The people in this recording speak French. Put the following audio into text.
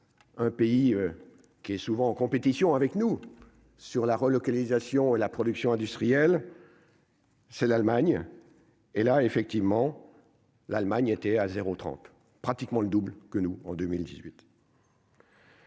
un pays qui est souvent en compétition avec nous sur la relocalisation et la production industrielle. C'est l'Allemagne, et là, effectivement, l'Allemagne était à 0 30, pratiquement le double que nous en 2018.